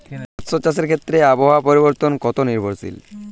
মৎস্য চাষের ক্ষেত্রে আবহাওয়া পরিবর্তন কত নির্ভরশীল?